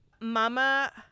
Mama